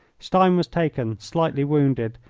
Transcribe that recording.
stein was taken, slightly wounded,